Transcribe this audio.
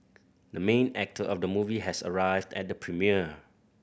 the main actor of the movie has arrived at the premiere